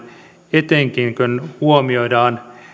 etenkin kun huomioidaan